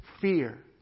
fear